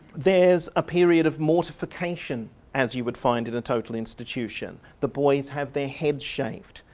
there's a period of mortification as you would find in a total institution. the boys have their heads shaved.